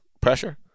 pressure